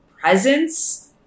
presence